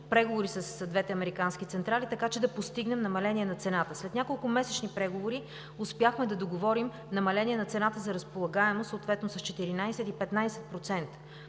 преговори с двете американски централи, така че да постигнем намаление на цената. След няколкомесечни преговори успяхме да договорим намаление на цената за разполагаемост, съответно с 14 или 15%.